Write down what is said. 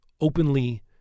openly